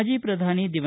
ಮಾಜಿ ಪ್ರಧಾನಿ ದಿ